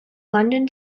london